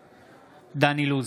בעד דן אילוז,